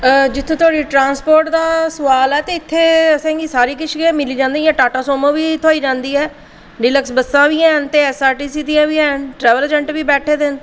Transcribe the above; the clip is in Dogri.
जित्थें धोड़ी ट्रांसपोर्ट दा सोआल ऐ ते इत्थें असेंगी सारी किश गै मिली जंदी टाटा सूमो बी थ्होई जंदी ऐ डीलक्स बस्सां बी हैन ते एसआरटीसी दियां बी हैन ट्रैवल एजेंट बी बैठे दे न